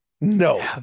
no